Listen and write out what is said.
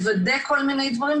מוודא כל מיני דברים,